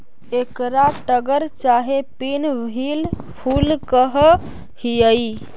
एकरा टगर चाहे पिन व्हील फूल कह हियई